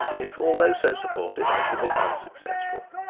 if, although, so supported, i should be unsuccessful.